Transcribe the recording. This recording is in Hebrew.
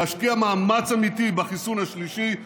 להשקיע מאמץ אמיתי בחיסון השלישי והרביעי.